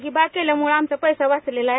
ही बाग केल्यामुळे आमचा पैसा वाचलेला आहे